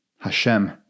Hashem